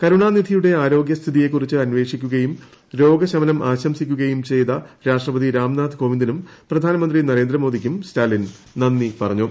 കരുണാനിധിയുടെ ആരോഗൃസ്ഥിതിയെക്കുറിച്ച് അന്വേഷിക്കുകയും രോഗശമനം ആശംസിക്കുകയും ചെയ്ത രാഷ്ട്രപതി രാംനാഥ് കോവിന്ദിനും പ്രധാനമന്ത്രി നരേന്ദ്രമോദിക്കും സ്റ്റാലിൻ നന്ദി പറഞ്ഞു